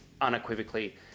unequivocally